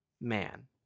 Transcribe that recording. Man